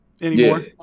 anymore